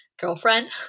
girlfriend